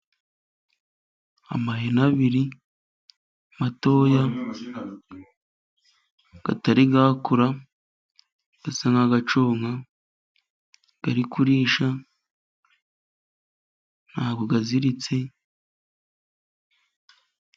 Amahene abiri matoya atarakura yasa nk'ayacyonga yari kurisha. Ntago yaziritse.